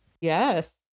Yes